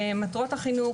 במטרות החינוך,